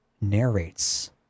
narrates